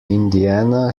indiana